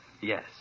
Yes